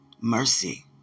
Mercy